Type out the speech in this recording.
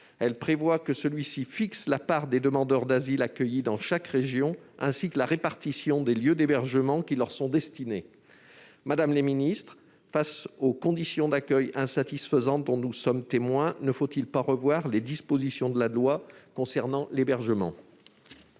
Elle prévoit que celui-ci fixe la part des demandeurs d'asile accueillis dans chaque région, ainsi que la répartition des lieux d'hébergement qui leur sont destinés. Madame la ministre, face aux conditions d'accueil insatisfaisantes dont nous sommes témoins, ne faut-il pas revoir les dispositions de la loi concernant l'hébergement ?